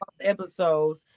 episode